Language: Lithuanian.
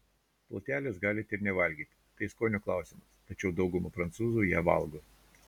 plutelės galite ir nevalgyti tai skonio klausimas tačiau dauguma prancūzų ją valgo